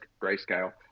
Grayscale